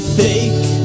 fake